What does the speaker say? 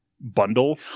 bundle